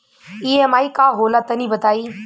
EMI का होला तनि बताई?